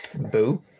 Boo